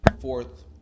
fourth